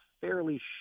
fairly